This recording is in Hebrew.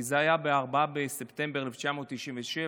כי זה היה ב-4 בספטמבר 1997,